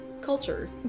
culture